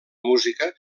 música